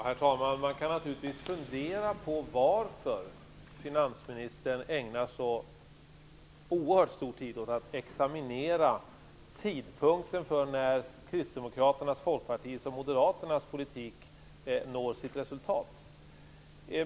Herr talman! Man kan naturligtvis fundera på varför finansministern ägnar så oerhört mycket tid åt att examinera tidpunkten för när Kristdemokraternas, Folkpartiets och Moderaternas politik når sitt resultat.